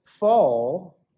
fall